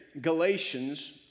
Galatians